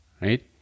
right